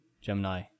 Gemini